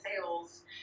sales